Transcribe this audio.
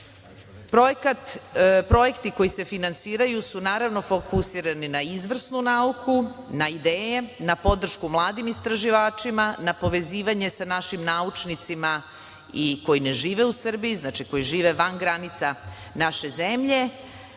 društva. Projekti koji se finansiraju su fokusirani na izvrsnu nauku, na ideje, na podršku mladim istraživačima, na povezivanje sa našim naučnicima koji ne žive u Srbiji, znači koji žive van granica naše zemlje,